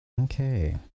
Okay